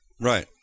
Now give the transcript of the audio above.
Right